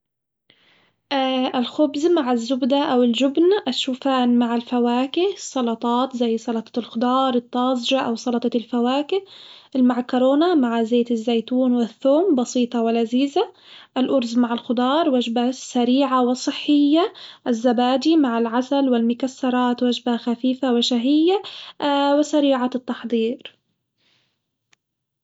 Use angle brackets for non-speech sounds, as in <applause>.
<hesitation> الخبز مع الزبدة أو الجبن ،الشوفان مع الفواكه السلطات زي سلطة الخضار الطازجة أو سلطة الفواكه، المعكرونة مع زيت الزيتون والثوم بسيطة ولذيذة، الأرز مع الخضار وجبة سريعة وصحية، الزبادي مع العسل والمكسرات وجبة خفيفة وشهية <hesitation> وسريعة التحضير.